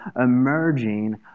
emerging